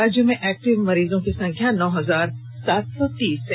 राज्य में एक्टिव मरीजों की संख्या नौ हजार सात सौ तीस है